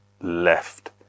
left